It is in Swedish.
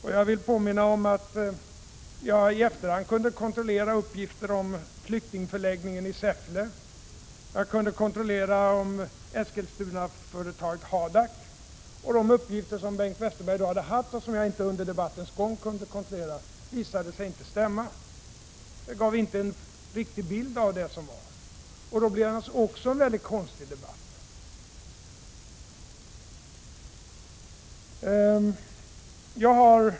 Jag vill påminna om att jag i efterhand kunde kontrollera uppgifter om flyktingförläggningen i Säffle och om Eskilstunaföretaget Hadak. De uppgifter som Bengt Westerberg lämnade och som jag inte kunde kontrollera under debattens gång visade sig inte stämma. De gav inte en riktig bild. Då blir det naturligtvis också en konstig debatt.